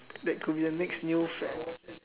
that could be the next new fad